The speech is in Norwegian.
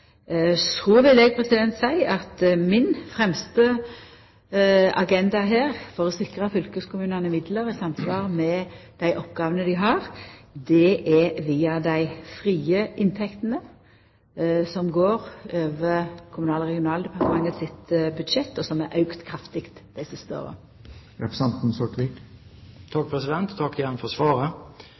Så vil eg seia at min fremste agenda her for å sikra fylkeskommunane midlar i samsvar med dei oppgåvene dei har, går via dei frie inntektene, som går over Kommunal- og regionaldepartementet sitt budsjett, og som er auka kraftig dei siste åra. Jeg takker igjen for svaret.